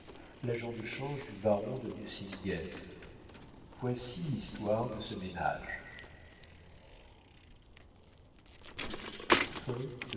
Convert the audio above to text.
l'agent de change du baron de nucingen voici l'histoire de ce ménage